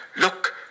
Look